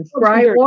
right